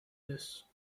this